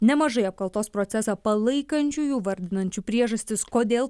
nemažai apkaltos procesą palaikančiųjų vardinančių priežastis kodėl